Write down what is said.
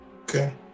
Okay